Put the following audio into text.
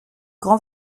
grand